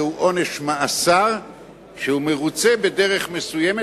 זהו עונש מאסר שהוא מרצה בדרך מסוימת,